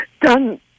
done